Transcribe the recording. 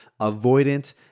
avoidant